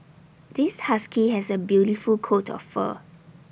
this husky has A beautiful coat of fur